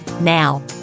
Now